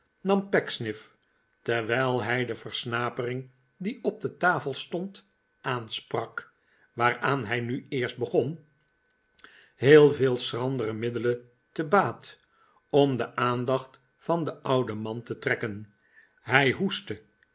nam pecksniff terwijl hij de versnapering die op de tafel stond aansprak waaraan hij nu eerst begon heel veel schrandere middelen te baat om de aandacht van den ouden man te trekken hij hoestte